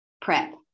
prep